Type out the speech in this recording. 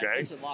okay